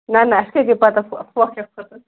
نہَ نہَ اَسہِ کَتہِ گٔے پَتہٕ پھۄکھ پھۅکھ چھُ کھوٚتمُت